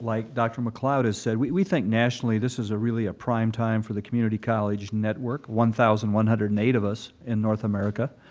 like dr. mccloud has said, we think nationally this is really a prime time for the community college network, one thousand one hundred and eight of us in north america,